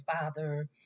father